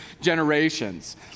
generations